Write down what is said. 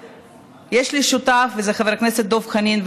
שיש לי שותף, וזה חבר הכנסת דב חנין.